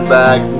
back